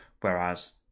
Whereas